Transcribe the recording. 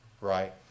right